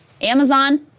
Amazon